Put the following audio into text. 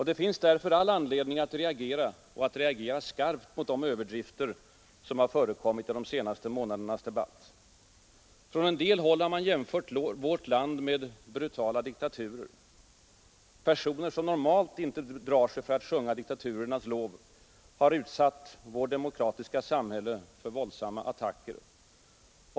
Det finns därför all anledning att reagera, och att reagera skarpt, mot de överdrifter som har förekommit i de senaste månadernas debatt. Från en del håll har man jämfört vårt land med brutala diktaturer. Personer som normalt inte drar sig för att sjunga diktaturernas lov har utsatt vårt demokratiska samhälle för våldsamma attacker.